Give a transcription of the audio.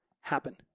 happen